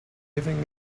giving